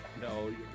No